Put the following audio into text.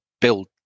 build